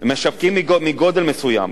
משווקים מגודל מסוים.